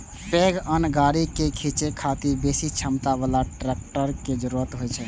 पैघ अन्न गाड़ी कें खींचै खातिर बेसी क्षमता बला ट्रैक्टर के जरूरत होइ छै